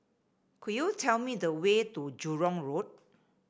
could you tell me the way to Jurong Road